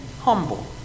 humble